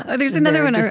ah there's another one, ah